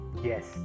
yes